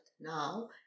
now